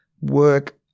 work